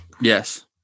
Yes